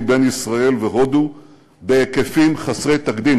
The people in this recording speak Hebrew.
בין ישראל להודו בהיקפים חסרי תקדים,